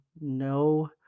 no